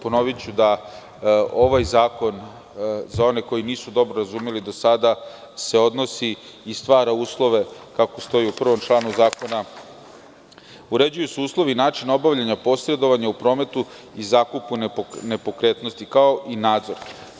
Ponoviću za one koji nisu dobro razumeli, ovaj zakon se odnosi i stvara uslove, kako stoji u prvom članu zakona – uređuju se uslovi i način obavljanja posredovanja u prometu i zakupu nepokretnosti, kao i nadzor.